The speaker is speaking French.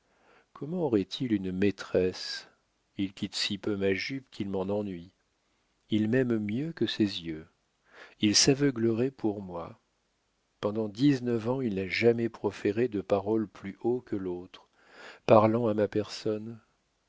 comment aurait-il une maîtresse il quitte si peu ma jupe qu'il m'en ennuie il m'aime mieux que ses yeux il s'aveuglerait pour moi pendant dix-neuf ans il n'a jamais proféré de parole plus haut que l'autre parlant à ma personne